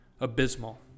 abysmal